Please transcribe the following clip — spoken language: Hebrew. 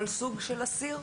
כל סוג של אסיר?